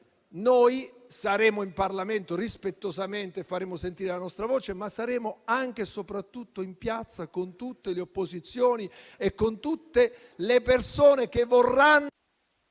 Noi saremo in Parlamento e faremo sentire rispettosamente la nostra voce, ma saremo anche e soprattutto in piazza con tutte le opposizioni e con tutte le persone che vorranno...